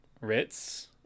Ritz